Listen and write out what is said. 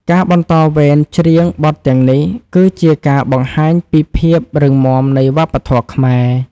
ការបន្តវេនច្រៀងបទទាំងនេះ គឺជាការបង្ហាញពីភាពរឹងមាំនៃវប្បធម៌ខ្មែរ។